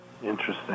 Interesting